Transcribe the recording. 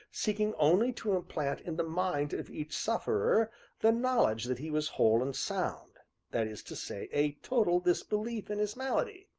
seeking only to implant in the mind of each sufferer the knowledge that he was whole and sound that is to say, a total disbelief in his malady.